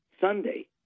sunday